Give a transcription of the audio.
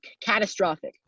catastrophic